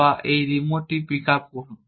বা এই রিমোটটি পিকআপ করুন